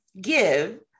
give